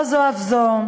לא זו אף זו,